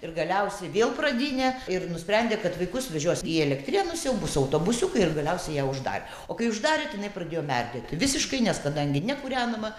ir galiausiai vėl pradinę ir nusprendė kad vaikus vežios į elektrėnus jau bus autobusiukai ir galiausiai ją uždarė o kai uždarė tai jinai pradėjo merdėti visiškai nes kadangi nekūrenama